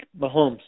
Mahomes